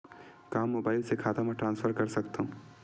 का मोबाइल से खाता म ट्रान्सफर कर सकथव?